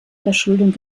verschuldung